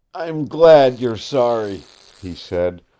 i'm glad you're sorry, he said.